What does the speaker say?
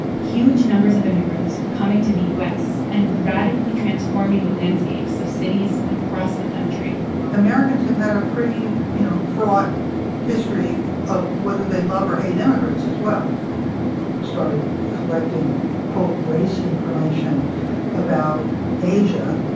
huge numbers of immigrants were coming to the u s. and radically transforming the landscapes of cities across the country americans have had a pretty, you know, fraught history of whether they love or hate immigrants, as well started collecting, quote, race information about asia,